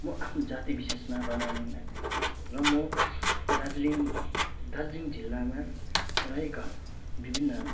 म आफ्नो जाति विशेषमा रमाउने मान्छे हो र म दार्जिलिङ दार्जिलिङ जिल्लामा रहेका विभिन्न